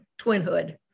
twinhood